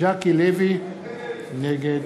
ז'קי לוי, נגד